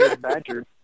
Badger